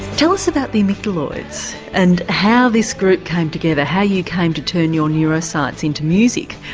tell us about the amygdaloids and how this group came together, how you came to turn your neuroscience into music?